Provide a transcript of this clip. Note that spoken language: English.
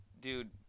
dude